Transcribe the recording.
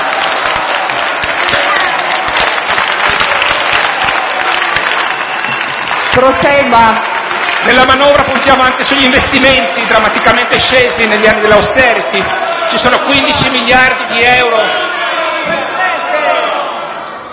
Nella manovra puntiamo anche sugli investimenti, drammaticamente scesi negli anni dell'*austerity*: ci sono circa 15 miliardi di euro...